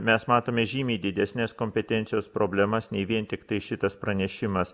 mes matome žymiai didesnes kompetencijos problemas nei vien tiktai šitas pranešimas